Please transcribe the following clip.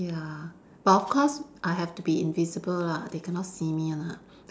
ya but of course I have to be invisible lah they cannot see me lah